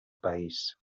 país